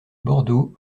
bordeaux